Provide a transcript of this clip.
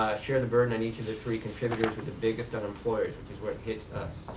share the burden on each of the three contributors with the biggest unemployers which is what hits us.